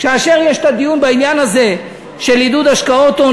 כאשר יש דיון בעניין הזה של עידוד השקעות הון